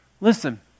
listen